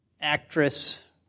actress